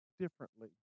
differently